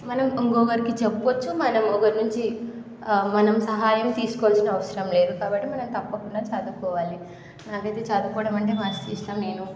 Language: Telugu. మనం ఇంకొకరికి చెప్పుచ్చు మనం ఇంకొకరి నుంచి మనం సహాయం తీసుకోవాల్సిన అవసరం లేదు కాబట్టి మనం తప్పకుండా చదువుకోవాలి నాకైతే చదువుకోవడం అంటే మస్తు ఇష్టం నేను